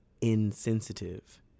insensitive